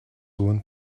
wound